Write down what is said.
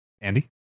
Andy